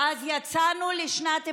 ואז יצאנו לשנת בחירות,